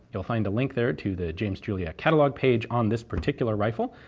you'll find a link there to the james julia catalogue page on this particular rifle.